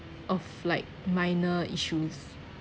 of like minor issues